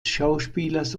schauspielers